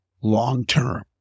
long-term